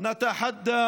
ג'וד,